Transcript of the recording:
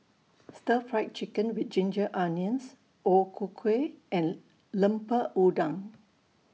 Stir Fried Chicken with Ginger Onions O Ku Kueh and Lemper Udang